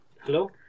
Hello